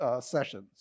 sessions